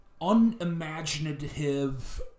unimaginative